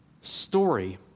story